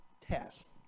test